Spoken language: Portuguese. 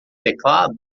teclado